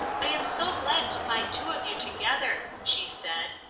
i am so glad to find two of you together, she said,